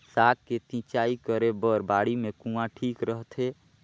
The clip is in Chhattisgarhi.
साग के सिंचाई करे बर बाड़ी मे कुआँ ठीक रहथे?